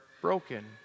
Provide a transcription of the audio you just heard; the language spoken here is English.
broken